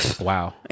Wow